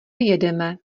jedeme